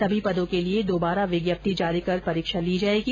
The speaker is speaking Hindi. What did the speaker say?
सभी पदों के लिए दोबारा विज्ञिप्त जारी कर परीक्षा ली जाएगी